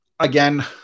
Again